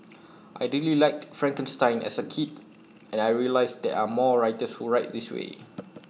I really liked Frankenstein as A kid and I realised there are more writers who write this way